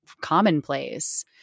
commonplace